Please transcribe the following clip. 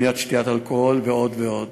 מניעת שתיית אלכוהול ועוד ועוד.